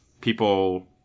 people